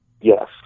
Yes